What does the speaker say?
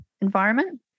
environment